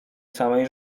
samej